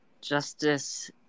Justice